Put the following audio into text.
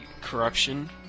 corruption